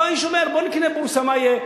בא האיש, אומר: בוא נקנה בורסה, מה יהיה?